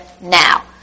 now